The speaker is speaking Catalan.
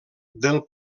del